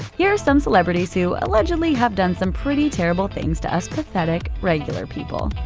here are some celebrities who, allegedly, have done some pretty terrible things to us pathetic, regular people.